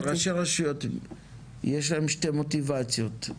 ראשי רשויות יש להם שתי מוטיבציות,